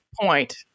point